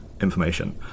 information